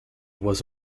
was